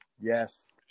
Yes